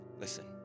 Listen